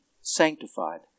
sanctified